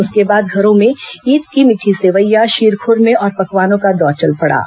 उसके बाद घरों में ईद की मीठी सेवईयां शीर खुरमे और पकवानों का दौर चल पड़ा